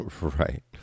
Right